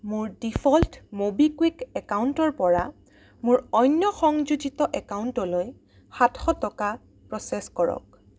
মোৰ default MobiKwik একাউণ্টৰ পৰা মোৰ অন্য সংযোজিত একাউণ্টলৈ সাতশ টকা প্ৰ'চেছ কৰক